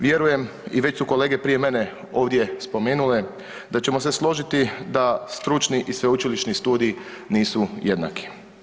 Vjerujem i već su kolege prije mene ovdje spomenule da ćemo se složiti da stručni i sveučilišni studiji nisu jednaki.